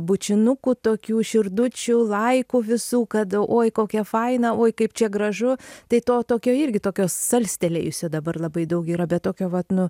bučinukų tokių širdučių laikų visų kad oi kokia faina oi kaip čia gražu tai to tokio irgi tokio salstelėjusio dabar labai daug yra bet tokio vat nu